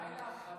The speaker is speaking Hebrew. די להפחדות.